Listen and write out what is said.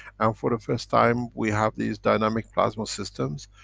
and for the first time we have these dynamic plasma systems,